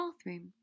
bathroom